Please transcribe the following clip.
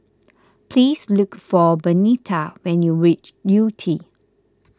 please look for Benita when you reach Yew Tee